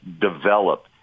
develop